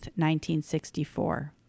1964